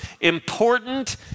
important